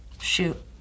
shoot